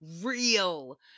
real